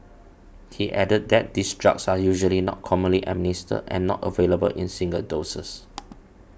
he added that these drugs are usually not commonly administered and not available in single doses